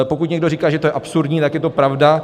Pokud někdo říká, že to je absurdní, tak je to pravda.